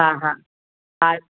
हा हा हा